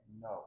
no